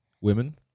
women